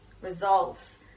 results